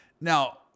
Now